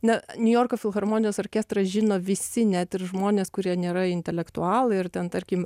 na niujorko filharmonijos orkestrą žino visi net ir žmonės kurie nėra intelektualai ir ten tarkim